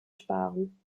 sparen